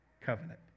covenant